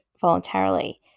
voluntarily